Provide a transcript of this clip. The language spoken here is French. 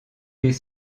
les